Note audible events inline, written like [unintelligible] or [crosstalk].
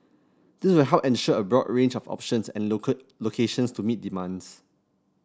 this will help ensure a broad range of options and [unintelligible] locations to meet demand